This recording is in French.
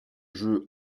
jeu